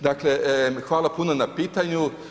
Dakle, hvala puno na pitanju.